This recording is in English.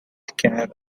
care